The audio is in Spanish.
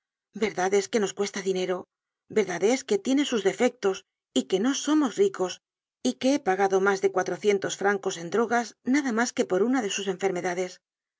es que nos cuesta dinero verdad es que tiene sus defectos y que no somos ricos y que he pagado mas de cuatrocientos francos en drogas nada mas que por una de sus enfermedades